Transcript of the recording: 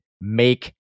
Make